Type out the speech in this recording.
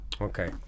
okay